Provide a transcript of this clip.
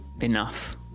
enough